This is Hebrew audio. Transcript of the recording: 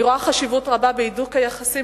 אני רואה חשיבות רבה בהידוק היחסים